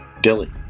Dilly